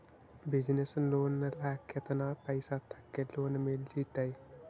Business loan ल केतना पैसा तक के लोन मिल जितै?